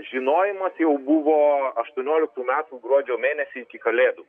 žinojimas jau buvo aštuonioliktų metų gruodžio mėnesį iki kalėdų